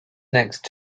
next